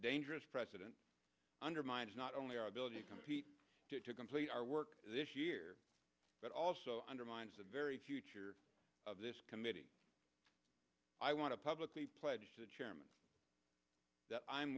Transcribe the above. dangerous precedent undermines not only our ability to compete to complete our work this year but also undermines the very future of this committee i want to publicly pledge to the chairman that i